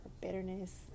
bitterness